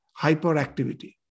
hyperactivity